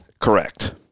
Correct